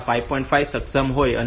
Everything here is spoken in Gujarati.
5 સક્ષમ હોય 6